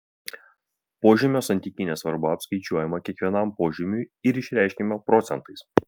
požymio santykinė svarba apskaičiuojama kiekvienam požymiui ir išreiškiama procentais